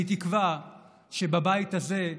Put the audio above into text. אני תקווה שבבית הזה,